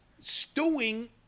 stewing